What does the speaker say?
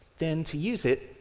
then, to use it,